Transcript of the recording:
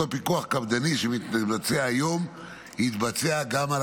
אותו פיקוח קפדני שמתבצע היום יתבצע גם על